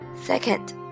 Second